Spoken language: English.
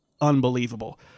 unbelievable